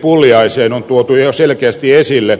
pulliaiseen on tuotu jo selkeästi esille